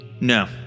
No